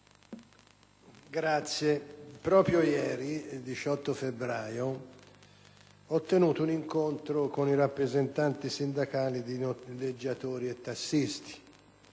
trasporti*. Proprio ieri, 18 febbraio, ho tenuto un incontro con i rappresentanti sindacali di noleggiatori e tassisti,